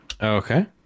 Okay